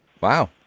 Wow